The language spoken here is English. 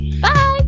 Bye